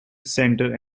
center